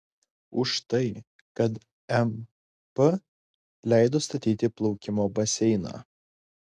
už tai kad mp leido statyti plaukimo baseiną